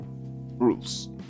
rules